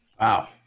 Wow